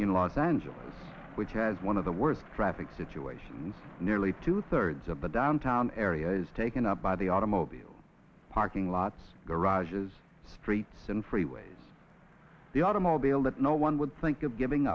in los angeles which has one of the worst traffic situations nearly two thirds of the downtown area is taken up by the automobile parking lots garages streets and freeways the automobile that no one would think of giving